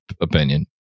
opinion